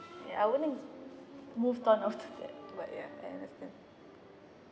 ya I wouldn't move on after ya but ya I understand uh